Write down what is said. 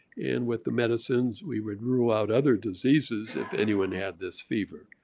and with the medicines, we would rule out other diseases, if anyone had this fever.